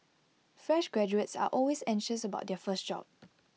fresh graduates are always anxious about their first job